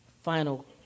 final